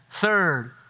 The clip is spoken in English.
third